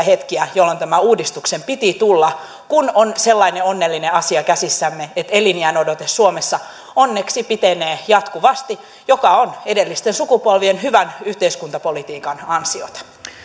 hetkiä jolloin tämän uudistuksen piti tulla kun on sellainen onnellinen asia käsissämme että eliniänodote suomessa onneksi pitenee jatkuvasti mikä on edellisten sukupolvien hyvän yhteiskuntapolitiikan ansiota